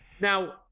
now